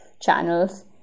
channels